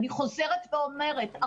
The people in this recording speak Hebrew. אני חוזרת ואומרת,